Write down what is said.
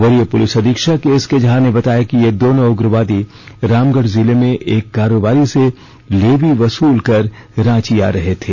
वरीय पुलिस अधीक्षक एसके झा ने बताया कि ये दोनों उग्रवादी रामगढ जिले में एक कारोबारी से लेवी वसूल कर रांची आ रहे थे